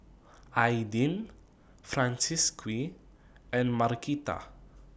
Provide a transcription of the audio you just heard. Aidyn Francisqui and Markita